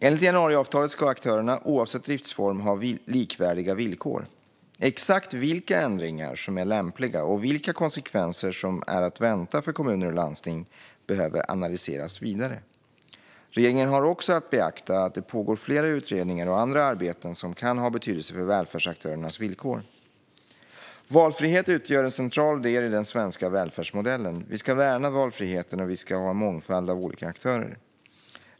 Enligt januariavtalet ska aktörerna oavsett driftsform ha likvärdiga villkor. Exakt vilka ändringar som är lämpliga och vilka konsekvenser som är att vänta för kommuner och landsting behöver analyseras vidare. Regeringen har också att beakta att det pågår flera utredningar och andra arbeten som kan ha betydelse för välfärdsaktörernas villkor. Valfrihet utgör en central del i den svenska välfärdsmodellen. Vi ska värna valfriheten, och vi ska ha en mångfald av olika aktörer.